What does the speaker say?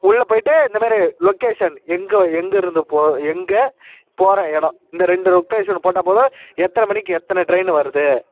உள்ள போய்விட்டு இந்தமாதிரி லொக்கேஷன் எங்கே எங்கிருந்து போகிற எங்கே போகிற இடம் இந்த ரெண்டு லொக்கேஷன் போட்டால் போதும் எத்தனை மணிக்கு எத்தனை ட்ரெயினு வருது